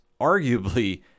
arguably